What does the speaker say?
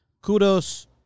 kudos